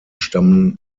stammen